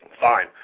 fine